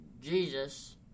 Jesus